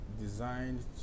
designed